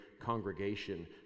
congregation